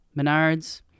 Menards